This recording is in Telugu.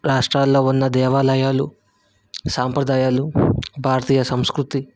రాష్ట్రాల్లో ఉన్న దేవాలయాలు సాంప్రదాయాలు భారతీయ సంస్కృతి